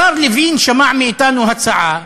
השר לוין שמע מאתנו הצעה,